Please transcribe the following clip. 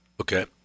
Okay